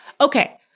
Okay